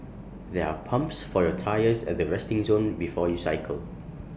there are pumps for your tyres at the resting zone before you cycle